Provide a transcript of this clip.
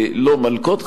לא מלקות,